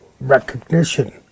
recognition